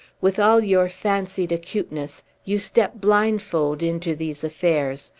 with all your fancied acuteness, you step blindfold into these affairs.